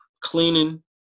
cleaning